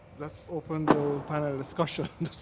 let's open the panel discussion.